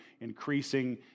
increasing